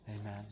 Amen